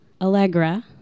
Allegra